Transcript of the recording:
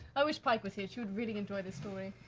i wish pike was here she would really enjoy this story.